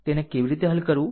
તેને કેવી રીતે હલ કરવું